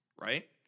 right